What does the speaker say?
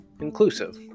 inclusive